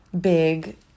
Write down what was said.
big